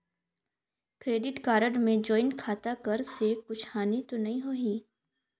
Credit card मे joint खाता कर से कुछ हानि तो नइ होही?